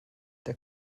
der